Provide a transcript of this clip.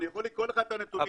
אני יכול לקרוא לך את הנתונים.